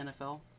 NFL